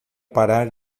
parar